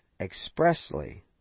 expressly